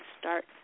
start